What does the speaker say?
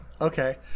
Okay